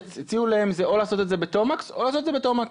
הציעו להם לעשות את זה בתומקס או לעשות את זה בתומקס.